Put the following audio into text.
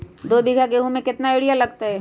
दो बीघा गेंहू में केतना यूरिया लगतै?